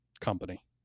company